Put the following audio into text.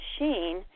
machine